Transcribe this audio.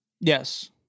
Yes